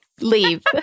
leave